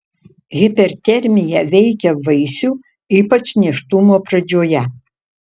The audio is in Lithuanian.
hipertermija veikia vaisių ypač nėštumo pradžioje